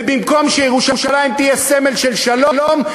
ובמקום שירושלים תהיה סמל של שלום,